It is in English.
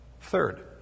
Third